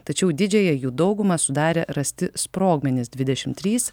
tačiau didžiąją jų daugumą sudarė rasti sprogmenys dvidešim trys